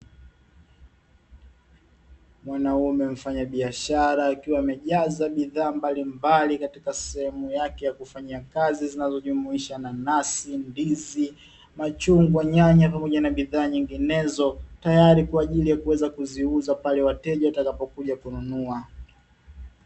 Mwanaume mfanyabiashara akiwa amejaza bidhaa mbalimbali katika sehemu yake ya kufanyia kazi, zinazojumuisha: nanasi, ndizi, machungwa, nyanya, pamoja na bidhaa nyinginezo. Tayari kwa ajili ya kuweza kuziuza pale wateja watakapokuja kununua.